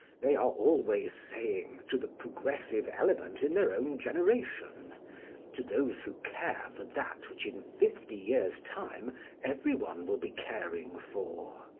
they are always saying, to the progressive element in their own generation to those who care for that which in fifty years' time every one will be caring for.